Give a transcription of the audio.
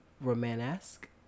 Romanesque